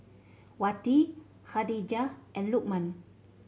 Wati Khadija and Lukman